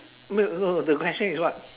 wait no the question is what